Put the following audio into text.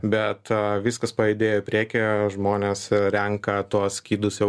bet viskas pajudėjo į priekį žmonės renka tuos skydus jau